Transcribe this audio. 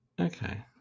Okay